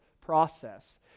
process